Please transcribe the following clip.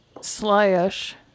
slash